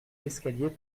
l’escalier